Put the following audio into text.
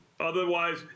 Otherwise